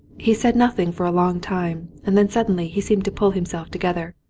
he said nothing for a long time, and then suddenly he seemed to pull himself together.